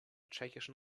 tschechischen